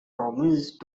promised